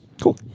Cool